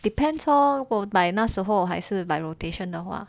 depends lor 如果那时候还是 by rotation 的话